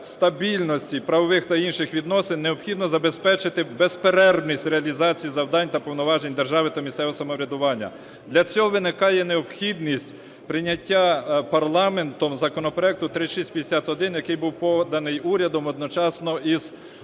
стабільності правових та інших відносин необхідно забезпечити безперервність в реалізації завдань та повноважень держави та місцевого самоврядування. Для цього виникає необхідність прийняття парламентом законопроекту 3651, який був поданий урядом одночасно із